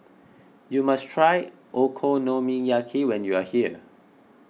you must try Okonomiyaki when you are here